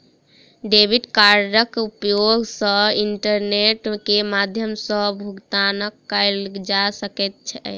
debit कार्डक उपयोग सॅ इंटरनेट के माध्यम सॅ भुगतान कयल जा सकै छै